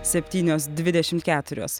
septynios dvidešimt keturios